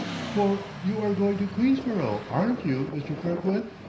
for you are going to queensborough, aren't you, mr. kirkwood?